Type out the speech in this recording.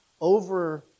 over